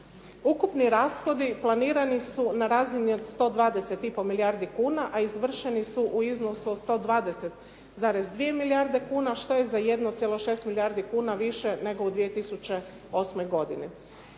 Ukupni rashodi planirani su na razini od 120,5 milijardi kuna a izvršeni su u iznosu od 120,2 milijarde kuna što je 1,6 milijardi više nego u 2008. godini.